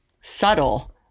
subtle